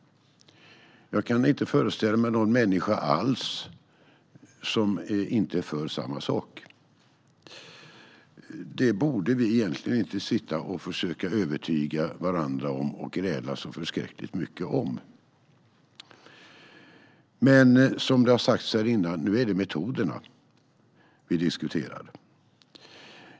Jag kan inte föreställa mig någon människa alls som inte är för samma sak. Det borde vi egentligen inte sitta och försöka övertyga varandra och gräla så förskräckligt mycket om. Som det har sagts här innan: Nu är det metoderna vi diskuterar.